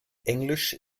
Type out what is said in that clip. englisch